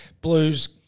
Blues